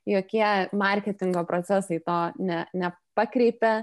jokie marketingo procesai to ne nepakreipia